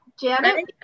Janet